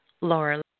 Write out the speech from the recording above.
Laura